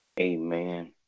Amen